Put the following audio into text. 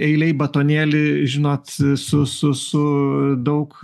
eilėj batonėlį žinot su su su daug